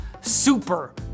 super